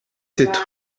sept